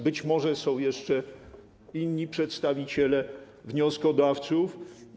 Być może są jeszcze inni przedstawiciele wnioskodawców.